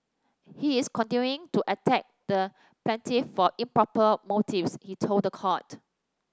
he is continuing to attack the plaintiff for improper motives he told the court